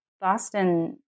Boston